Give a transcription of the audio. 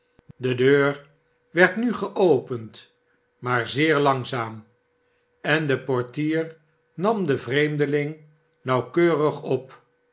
de deur werd nu geopend maar zeer langzaam en de portier nam den vreemdeling nauwkeurig op